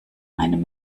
einem